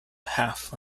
half